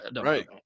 Right